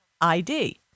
ID